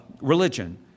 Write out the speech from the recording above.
religion